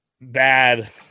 bad